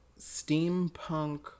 steampunk